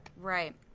Right